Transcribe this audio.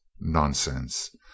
Nonsense